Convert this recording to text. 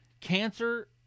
cancer